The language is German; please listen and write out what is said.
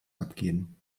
abgehen